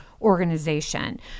organization